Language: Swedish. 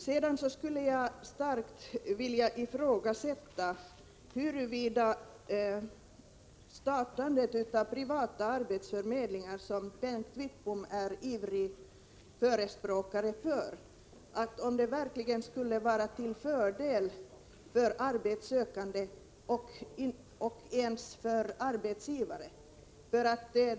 Sedan skulle jag vilja starkt ifrågasätta huruvida startandet av privata arbetsförmedlingar, som Bengt Wittbom är ivrig förespråkare för, verkligen skulle vara till fördel för arbetssökande och om de ens skulle vara det för arbetsgivare.